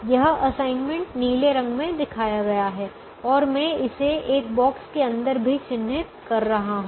यह असाइनमेंट नीले रंग में दिखाया गया है और मैं इसे एक बॉक्स के अंदर भी चिह्नित कर रहा हूं